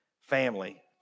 family